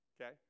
Okay